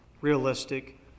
realistic